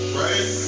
right